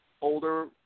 older